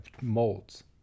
molds